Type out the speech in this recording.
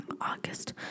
August